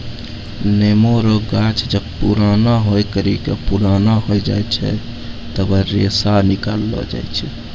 नेमो रो गाछ जब पुराणा होय करि के पुराना हो जाय छै तबै रेशा निकालो जाय छै